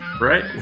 Right